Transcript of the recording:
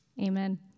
Amen